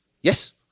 Yes